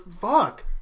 Fuck